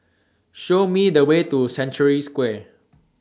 Show Me The Way to Century Square